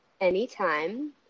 Anytime